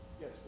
Yes